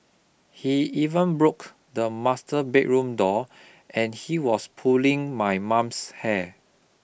he even broke the master bedroom door and he was pulling my mum's hair